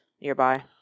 nearby